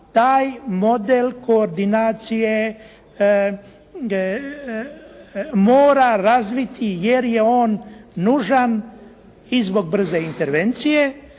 taj model koordinacije mora razviti jer je on nužan i zbog brze intervencije